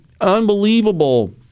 unbelievable